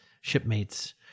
shipmates